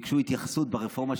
ביקשו התייחסות ברפורמה,